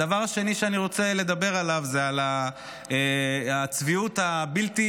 הדבר השני שאני רוצה לדבר עליו זה על הצביעות הבלתי-נתפסת,